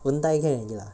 won't die can already lah